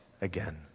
again